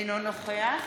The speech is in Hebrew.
אינו נוכח